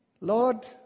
Lord